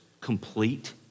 complete